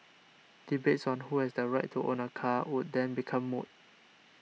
debates on who has the right to own a car would then become moot